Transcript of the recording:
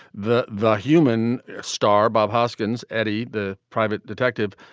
the the human star bob hoskins. eddie, the private detective,